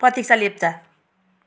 प्रतीक्षा लेप्चा